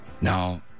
Now